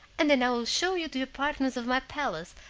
and then i will show you the apartments of my palace,